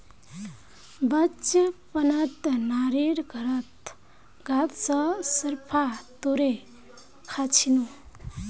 बचपनत नानीर घरत गाछ स शरीफा तोड़े खा छिनु